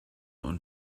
und